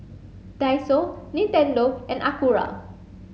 Daiso Nintendo and Acura